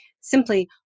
simply